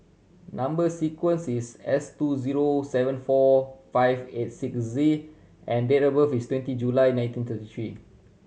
number sequence is S two zero seven four five eight six Z and date of birth is twenty July nineteen thirty three